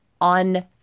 on